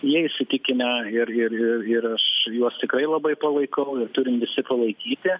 jie įsitikinę ir ir ir ir aš juos tikrai labai palaikau ir turim visi palaikyti